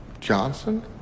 Johnson